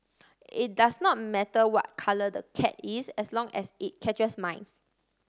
it does not matter what colour the cat is as long as it catches mice